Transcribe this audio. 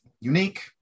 unique